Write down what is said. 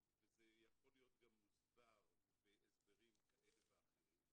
וזה יכול להיות מוסבר בהסברים כאלה ואחרים,